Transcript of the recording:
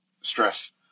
stress